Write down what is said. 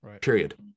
period